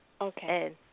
Okay